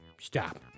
Stop